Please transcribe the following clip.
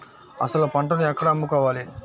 అసలు పంటను ఎక్కడ అమ్ముకోవాలి?